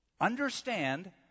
Understand